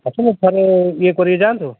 ଆସୁନ ଥରେ ଇଏ କରିକି ଯାଆନ୍ତୁ